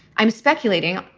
i'm speculating.